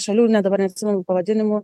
šalių ne dabar neatsimenu pavadinimų